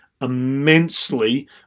immensely